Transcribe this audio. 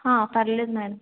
హా పర్వాలేదు మేడం